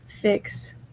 fix